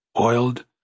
oiled